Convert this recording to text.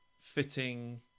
fitting